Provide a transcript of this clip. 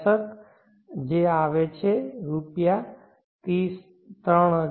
63 આવે છે રૂપિયા 3019